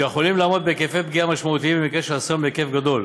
שיכולים לעמוד בהיקפי פגיעה משמעותיים למקרה של אסון בהיקף גדול.